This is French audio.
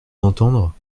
d’entendre